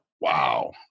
wow